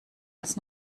als